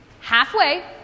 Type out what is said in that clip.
halfway